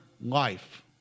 life